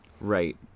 right